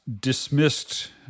dismissed